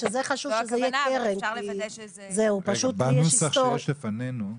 בנוסח שיש לפנינו-